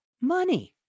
money